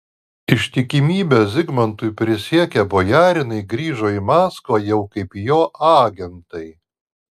ištikimybę zigmantui prisiekę bojarinai grįžo į maskvą jau kaip jo agentai